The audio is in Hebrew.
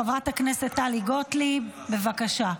חברת הכנסת טלי גוטליב, בבקשה.